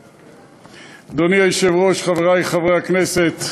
אדוני היושב-ראש חברי חברי הכנסת,